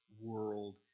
world